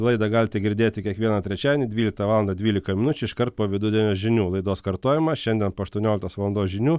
laidą galite girdėti kiekvieną trečiadienį dvyliktą valandą dvylika minučių iškart po vidudienio žinių laidos kartojimą šiandien po aštuonioliktos valandos žinių